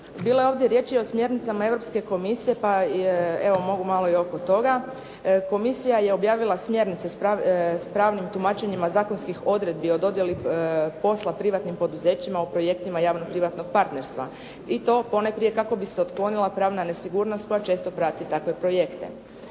Bilo je ovdje riječi i o smjernicama Europske komisije, pa evo mogu malo i oko toga. Komisija je objavila smjernice s pravnim tumačenjima zakonskih odredbi o dodjeli posla privatnim poduzećima o projektima javno privatnog partnerstava i to ponajprije kako bi se otklonila pravna nesigurnost koja često prati takve projekte.